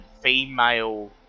female